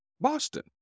Boston